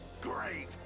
Great